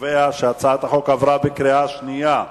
שהצעת החוק עברה בקריאה שנייה.